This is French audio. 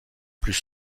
plus